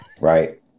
Right